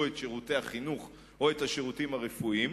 את שירותי החינוך או את השירותים הרפואיים,